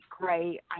great